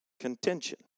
Contention